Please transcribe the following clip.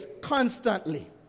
constantly